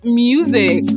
music